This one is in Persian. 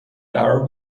قرار